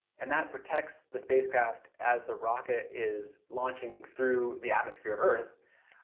and that protects the spacecraft as the rocket is launching through the atmosphere of earth,